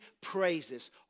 praises